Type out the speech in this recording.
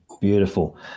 beautiful